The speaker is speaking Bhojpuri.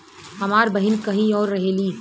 हमार बहिन कहीं और रहेली